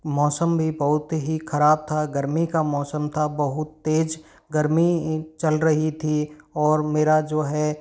मौसम भी बहुत ही ख़राब था गर्मी का मौसम था बहुत तेज़ गर्मी चल रही थी और मेरा जो है